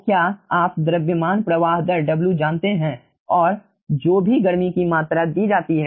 तो क्या आप द्रव्यमान प्रवाह दर W जानते हैं और जो भी गर्मी की मात्रा दी जाती है